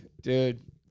Dude